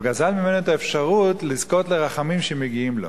הוא גזל ממנו את האפשרות לזכות לרחמים שמגיעים לו.